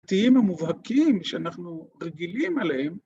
תיים המובהקים שאנחנו רגילים אליהם.